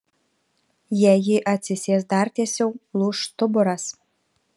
jei ji atsisės dar tiesiau lūš stuburas